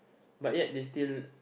but yet they still